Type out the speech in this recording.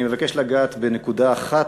אני מבקש לגעת בנקודה אחת,